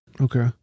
Okay